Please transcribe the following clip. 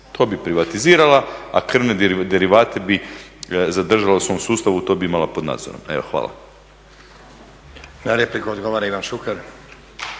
To bi privatizirala, a krvne derivate bi zadržala u svom sustavu, to bi imala pod nadzorom. Evo, hvala. **Stazić, Nenad (SDP)** Na repliku odgovara, Ivan Šuker.